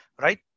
right